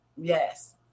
yes